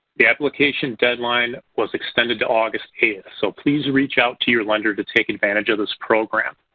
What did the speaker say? the application deadline was extended to august eight so please reach out to your lender to take advantage of this program.